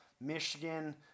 Michigan